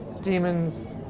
Demons